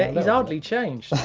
he's hardly changed.